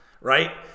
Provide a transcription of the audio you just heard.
right